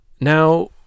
Now